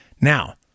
Now